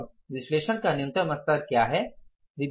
अब विश्लेषण का न्यूनतम स्तर का क्या है